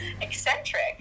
Eccentric